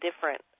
different